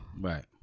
Right